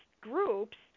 groups